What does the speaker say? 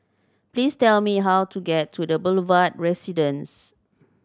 please tell me how to get to The Boulevard Residence